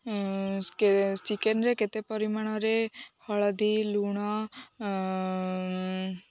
ଚିକେନରେ କେତେ ପରିମାଣରେ ହଳଦୀ ଲୁଣ